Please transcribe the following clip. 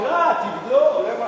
תקרא, תבדוק.